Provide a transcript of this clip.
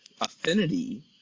affinity